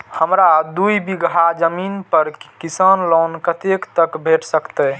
हमरा दूय बीगहा जमीन पर किसान लोन कतेक तक भेट सकतै?